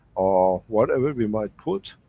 or whatever we might put.